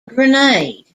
grenade